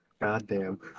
Goddamn